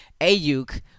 Ayuk